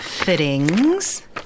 Fittings